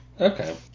Okay